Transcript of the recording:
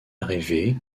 rêver